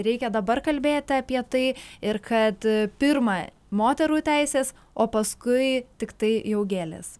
reikia dabar kalbėta apie tai ir kad pirma moterų teisės o paskui tiktai jau gėlės